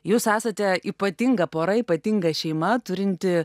jūs esate ypatinga pora ypatinga šeima turinti